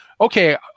okay